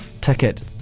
ticket